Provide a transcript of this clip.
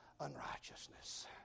unrighteousness